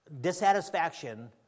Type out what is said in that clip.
Dissatisfaction